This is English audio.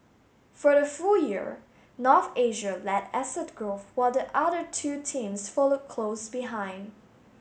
for the full year North Asia led asset growth while the other two teams followed close behind